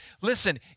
Listen